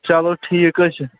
چلو ٹھیٖک حظ چھُ